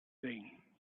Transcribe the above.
thing